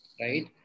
right